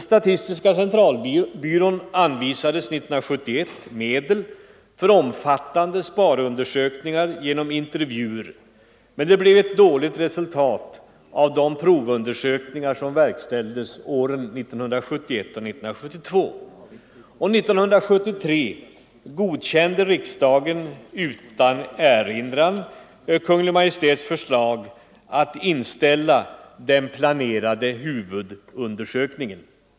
Statistiska centralbyrån anvisades 1971 medel för omfattande sparundersökningar genom intervjuer, men det blev ett dåligt resultat av de provundersökningar som verkställdes åren 1971 och 1972. Och 1973 godkände riksdagen utan erinran Kungl. Maj:ts förslag att inställa den planerade huvudundersökningen.